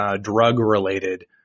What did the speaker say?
drug-related